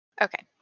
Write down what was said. Okay